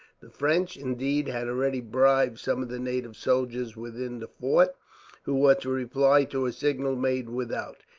the french, indeed, had already bribed some of the native soldiers within the fort who were to reply to a signal made without,